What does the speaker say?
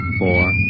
four